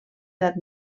edat